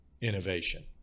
innovation